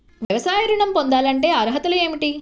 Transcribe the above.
వ్యవసాయ ఋణం పొందాలంటే అర్హతలు ఏమిటి?